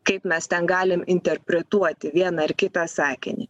kaip mes ten galim interpretuoti vieną ar kitą sakinį